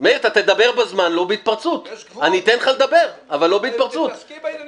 תתעסקי בעניינים שלך.